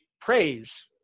praise